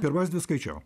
pirmas dvi skaičiau